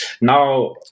now